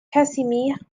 casimir